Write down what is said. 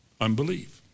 unbelief